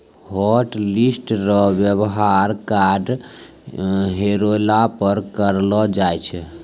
hotlist रो वेवहार card हेरैला पर करलो जाय छै